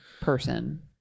person